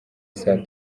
saa